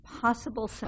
possible